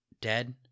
dead